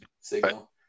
signal